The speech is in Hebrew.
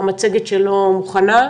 המצגת שלו מוכנה.